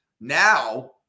Now